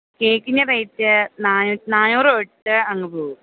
കേക്കിൻ്റെ റേറ്റ് നാന്നൂറ് തൊട്ട് അങ്ങ് പോകും